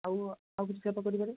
ଆଉ ଆଉ କିଛି ସେବା କରିପାରେ